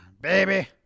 baby